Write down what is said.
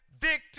victory